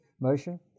motion